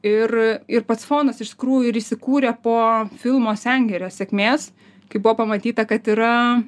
ir ir pats fondas iš tikrųjų ir įsikūrė po filmo sengirė sėkmės kai buvo pamatyta kad yra